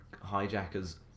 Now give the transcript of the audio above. hijackers